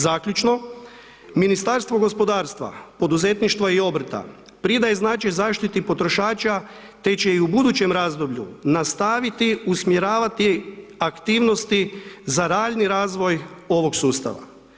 Zaključno, Ministarstvo gospodarstva, poduzetništva i obrta pridaje značaj zaštiti potrošača te će i u budućem razdoblju nastaviti usmjeravati aktivnosti za daljnji razvoj ovog sustava.